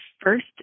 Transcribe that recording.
first